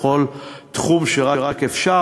בכל תחום שרק אפשר,